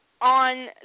on